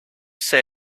say